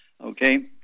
Okay